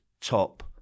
top